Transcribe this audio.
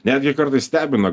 netgi kartais stebina